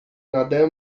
nade